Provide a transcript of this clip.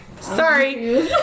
sorry